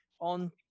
on